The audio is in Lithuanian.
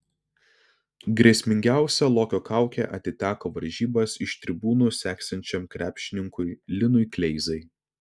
grėsmingiausia lokio kaukė atiteko varžybas iš tribūnų seksiančiam krepšininkui linui kleizai